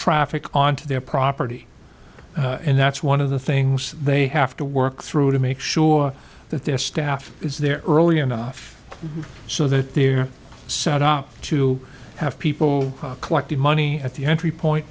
traffic on to their property and that's one of the things they have to work through to make sure that their staff is there early enough so that they're set up to have people collecting money at the entry point